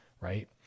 right